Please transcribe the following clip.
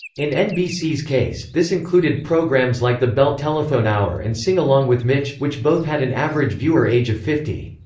in nbc's case, this included programs like the bell telephone hour and sing along with mitch, which both had an average viewer age of fifty.